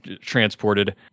transported